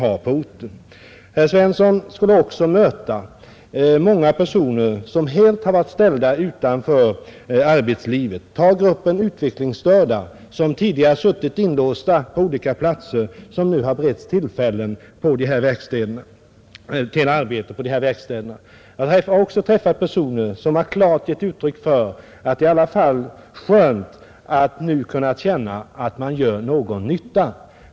Herr Svensson skulle också vid dessa besök möta många personer som helt har varit ställda utanför arbetslivet, t.ex. gruppen utvecklingsstörda, som tidigare suttit inlåsta på olika platser och som nu har beretts tillfälle till arbete på de här verkstäderna. Jag har även träffat personer som klart givit uttryck för att det i alla fall är skönt att känna att man nu gör någon nytta.